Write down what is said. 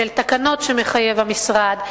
של התקנות שמחייב המשרד,